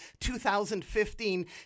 2015